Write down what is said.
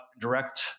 direct